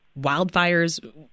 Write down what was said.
wildfires